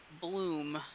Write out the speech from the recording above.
Bloom